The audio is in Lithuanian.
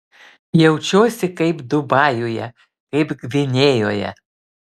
jaučiuosi kaip dubajuje kaip gvinėjoje